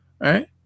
Right